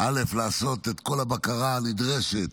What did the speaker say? לעשות את כל הבקרה הנדרשת